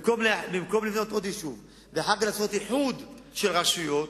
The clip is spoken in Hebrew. במקום לבנות עוד יישוב ואחר כך לעשות איחוד של רשויות,